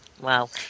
Wow